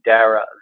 Dara